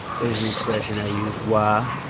there's an expression i use wah.